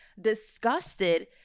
disgusted